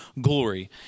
glory